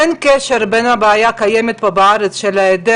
אין קשר בין הבעיה הקיימת פה בארץ של היעדר